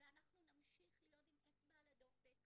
ואנחנו נמשיך להיות עם אצבע על הדופק